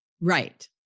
right